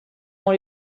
dans